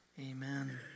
amen